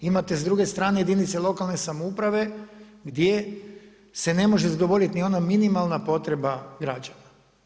Imate s druge strane jedinice lokalne samouprave, gdje se ne može zadovoljiti ni ona minimalna potreba građana.